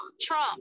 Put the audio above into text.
Trump